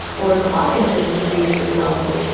or in parkinson's disease, for example,